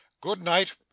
good-night